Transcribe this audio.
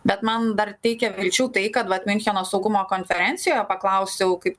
bet man dar teikia vilčių tai kad vat miuncheno saugumo konferencijoje paklausiau kaip